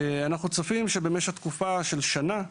אנחנו צופים שבמשך תקופה של שנה,